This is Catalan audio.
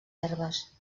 herbes